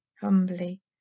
humbly